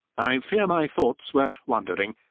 i fear my thoughts were wandering.